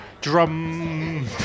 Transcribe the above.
Drum